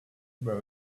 about